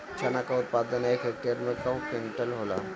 चना क उत्पादन एक हेक्टेयर में कव क्विंटल होला?